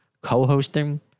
co-hosting